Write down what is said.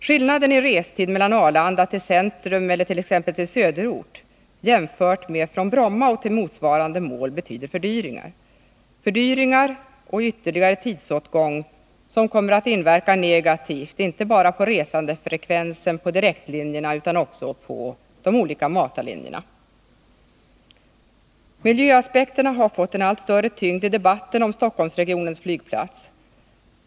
Skillnaden i restid från Arlanda till centrum eller söderort jämfört med restiden från Bromma till motsvarande mål betyder fördyringar och ytterligare tidsåtgång som kommer att inverka negativt inte bara på resandefrekvensen på direktlinjerna utan också på olika matarlinjer. Miljöaspekterna har fått en allt större tyngd i debatten om Stockholmsregionens flygplats.